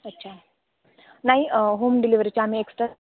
अच्छा नाही होम डिलिवरीची आम्ही एक्स्ट्रा